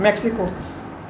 Mexico